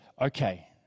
okay